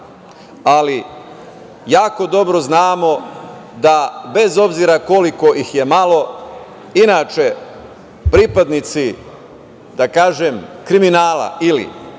ali jako dobro znamo da bez obzira koliko ih je malo, inače pripadnici, da kažem, kriminala ili